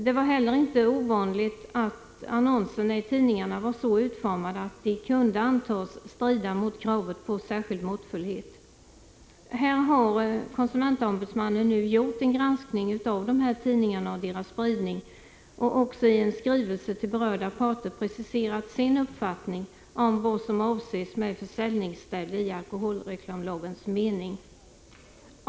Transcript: Det var heller inte ovanligt att annonserna i tidningarna var så utformade att de kunde antas strida mot kravet på särskild måttfullhet. Konsumentombudsmannen har nu gjort en granskning av dessa tidningar och deras spridning och i en skrivelse till berörda parter preciserat sin uppfattning om vad som avses med försäljningsställe i alkoholreklamlagens mening.